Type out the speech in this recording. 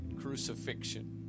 crucifixion